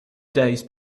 days